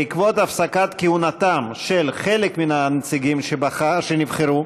בעקבות הפסקת כהונתם של חלק מהנציגים שנבחרו,